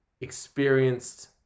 experienced